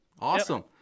awesome